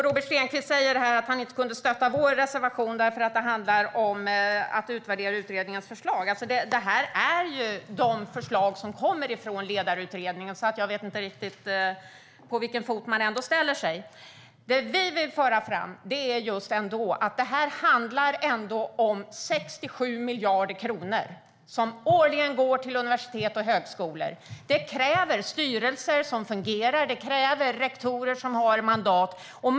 Robert Stenkvist säger här att han inte kunde stötta vår reservation därför att det handlar om att utvärdera utredningens förslag. Detta är de förslag som kommer från Ledningsutredningen. Jag vet inte riktigt på vilken fot man ställer sig. Det vi vill föra fram är att det ändå handlar om 67 miljarder kronor som årligen går till universitet och högskolor. Det kräver styrelser som fungerar och rektorer som har mandat.